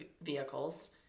vehicles